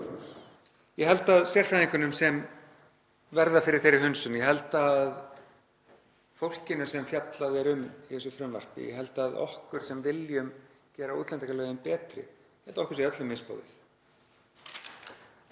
Ég held að sérfræðingunum sem verða fyrir þeirri hunsun, ég held að fólkinu sem fjallað er um í þessu frumvarpi, ég held að okkur sem viljum gera útlendingalögin betri, ég held að okkur sé öllum misboðið.